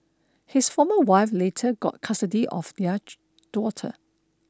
his former wife later got custody of their daughter